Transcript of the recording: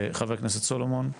חבר הכנסת סולומון,